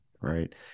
Right